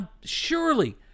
Surely